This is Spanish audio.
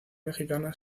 mexicana